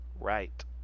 Right